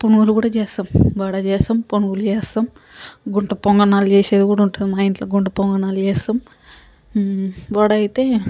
పునుగులు కూడా చేస్తాం వడ చేస్తాం పునుగులు చేస్తాం గుంటపొంగనాలు చేసేది కూడా ఉంటుంది మా ఇంట్ల గుంటపొంగనాలు చేస్తాం వడ అయితే